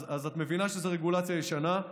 אז את מבינה שזו רגולציה ישנה,